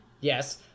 yes